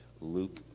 Luke